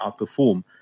outperform